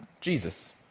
Jesus